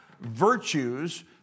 virtues